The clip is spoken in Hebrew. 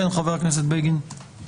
חבר הכנסת בגין.